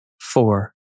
Four